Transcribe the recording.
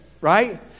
right